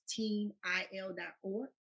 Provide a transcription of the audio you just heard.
Teamil.org